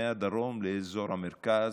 מהדרום לאזור המרכז,